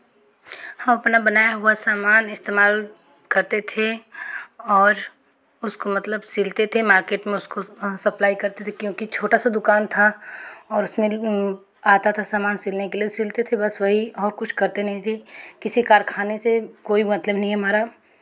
हम अपना बनाया हुआ सामान इस्तेमाल करते थे और उसको मतलब सिलते थे मार्केट में उसको सप्लाई करते थे क्योंकि छोटा सा दुकान था और उसमें आता था सामान सिलने के लिए सिलते थे बस वही और कुछ करते नहीं थे किसी कारखाने से कोई मतलब नहीं है हमारा